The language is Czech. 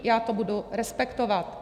Já to budu respektovat.